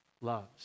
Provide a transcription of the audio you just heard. loves